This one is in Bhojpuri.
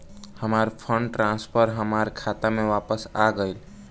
हमार फंड ट्रांसफर हमार खाता में वापस आ गइल